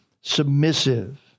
submissive